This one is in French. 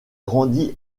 grandit